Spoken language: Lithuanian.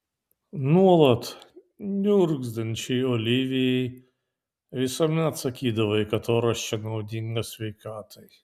nuolat niurzgančiai olivijai visuomet sakydavai kad oras čia naudingas sveikatai